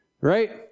right